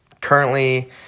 currently